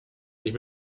sich